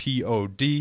pod